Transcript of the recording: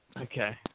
Okay